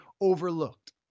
overlooked